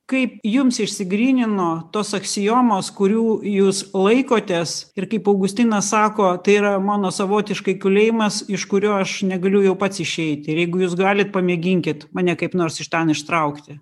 kaip jums išsigrynino tos aksiomos kurių jūs laikotės ir kaip augustinas sako tai yra mano savotiškai kalėjimas iš kurio aš negaliu jau pats išeiti ir jeigu jūs galit pamėginkit mane kaip nors iš ten ištraukti